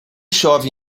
chove